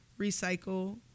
recycle